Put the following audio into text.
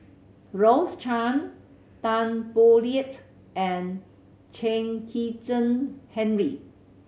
Rose Chan Tan Boo Liat and Chen Kezhan Henri